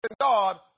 God